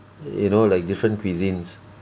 you know like different cuisines